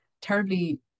terribly